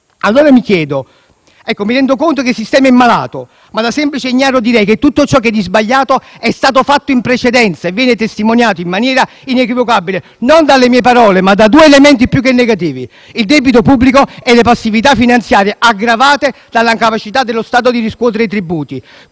aggrediti dal fisco. Mi rendo conto che il sistema è malato, ma, da semplice ignaro, direi che tutto ciò che c'è di sbagliato è stato fatto in precedenza e viene testimoniato in maniera inequivocabile non dalle mie parole, ma da due elementi più che negativi: il debito pubblico e le passività finanziarie, aggravate dall'incapacità dello Stato di riscuotere i tributi.